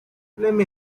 lemme